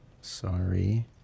Sorry